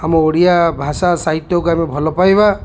ଆମ ଓଡ଼ିଆ ଭାଷା ସାହିତ୍ୟକୁ ଆମେ ଭଲ ପାଇବା